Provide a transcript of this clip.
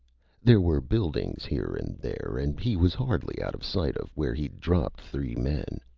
there were buildings here and there, and he was hardly out of sight of where he'd dropped three men.